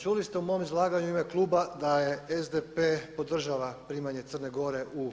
Čuli ste u mom izlaganju u ime kluba da SDP podržava primanje Crne Gore u